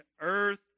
earth